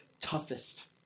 toughest